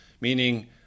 meaning